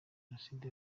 genocide